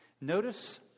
notice